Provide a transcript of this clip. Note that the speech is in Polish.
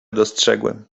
dostrzegłem